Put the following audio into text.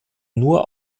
nur